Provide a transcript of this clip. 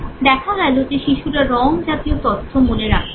দেখা গেলো যে শিশুরা রঙ জাতীয় তথ্য মনে রাখতে পারে